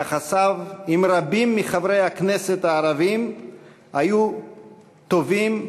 יחסיו עם רבים מחברי הכנסת הערבים היו טובים,